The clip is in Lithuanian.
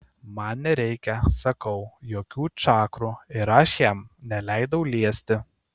man nereikia sakau jokių čakrų ir aš jam neleidau liesti